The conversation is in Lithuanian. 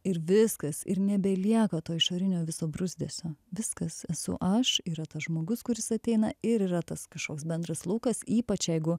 ir viskas ir nebelieka to išorinio viso bruzdesio viskas esu aš yra tas žmogus kuris ateina ir yra tas kažkoks bendras laukas ypač jeigu